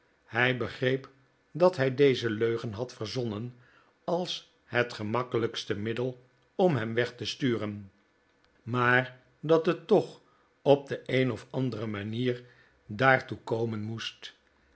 hij be greep dat hij deze leugen had verzonnen als het gemakkelijkste middel om hem weg te sturen maar dat het toch op de een of andere manier daartoe komen moest